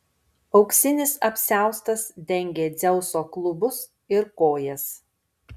auksinis apsiaustas dengė dzeuso klubus ir kojas